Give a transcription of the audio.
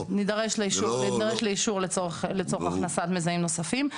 בוודאי, נידרש לאישור לצורך הכנסת מזהים נוספים.